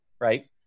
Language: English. right